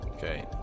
Okay